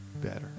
better